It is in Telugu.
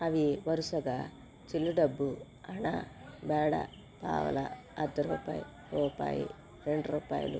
అవి వరుసగా చెల్లు డబ్బు అణా బేడా పావలా అద్ద రూపాయి రూపాయి రెండు రూపాయలు